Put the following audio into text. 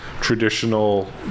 traditional